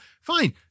fine